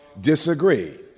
disagree